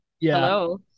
hello